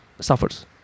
suffers